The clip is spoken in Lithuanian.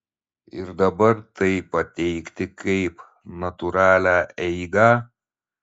ir dabar tai pateikti kaip natūralią eigą